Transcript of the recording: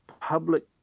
public